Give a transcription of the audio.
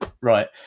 Right